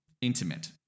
intimate